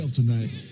tonight